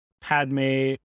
Padme